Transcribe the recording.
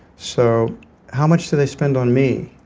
so how much do they spend on me?